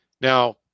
Now